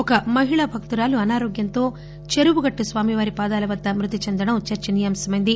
ఒక మహిళాభక్తురాలు అనారోగ్యంతో చెరువుగట్టు స్వామివారి పాదాల వద్ద మృతి చెందడం చర్చనీయాంశమైంది